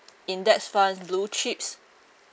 index funds blue chips